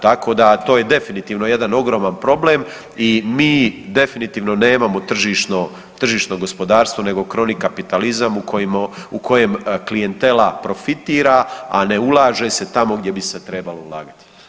Tako da to je definitivno jedan ogroman problem i mi definitivno nemamo tržišno, tržišno gospodarstvo nego crony kapitalizam u kojem, u kojem klijentela profitira, a ne ulaže se tamo gdje bi se trebalo ulagati.